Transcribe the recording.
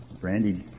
Brandy